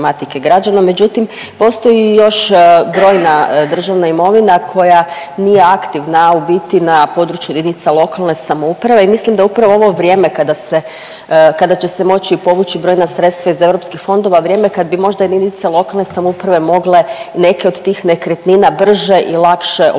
međutim, postoji još brojna državna imovina koja nije aktivna u biti na području jedinice lokalne samouprave i mislim da upravo ovo vrijeme kada se, kada će se moći povući brojna sredstva iz EU fondova vrijeme kad bi možda jedinice lokalne samouprave mogle neke od tih nekretnina brže i lakše obnoviti